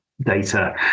Data